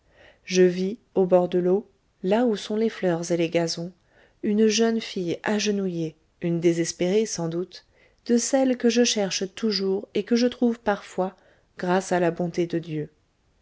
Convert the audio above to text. je vis au bord de l'eau là où sont les fleurs et les gazons une jeune fille agenouillée une désespérée sans doute de celles que je cherche toujours et que je trouve parfois grâce à la bonté de dieu